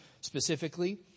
specifically